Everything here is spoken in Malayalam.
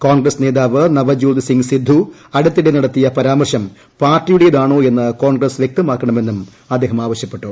കോൺഗ്രസ് നേതാവ് നവജോത് സിംഗ് സിദ്ധു അടുത്തിടെ നടത്തിയ പരാമർശം പാർട്ടിയുടേതാണോ ്രഎന്ന് കോൺഗ്രസ് വ്യക്തമാക്കണമെന്നും അദ്ദേഹം ആവശ്യപ്പെട്ടു